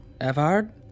Evard